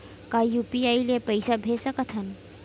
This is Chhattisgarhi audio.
का यू.पी.आई ले पईसा भेज सकत हन?